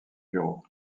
bureau